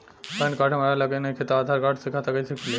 Pan card हमरा लगे नईखे त आधार कार्ड से खाता कैसे खुली?